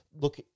look